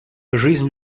жизнь